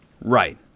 Right